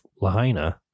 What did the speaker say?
Lahaina